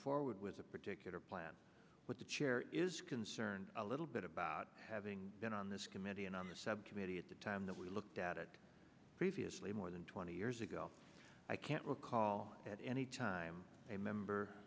forward with a particular plan with the chair is concerned a little bit about having been on this committee and on the subcommittee at the time that we looked at it previously more than twenty years ago i can't recall at any time a member